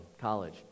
college